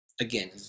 again